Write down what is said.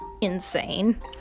insane